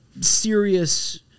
serious